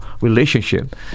relationship